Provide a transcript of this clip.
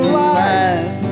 life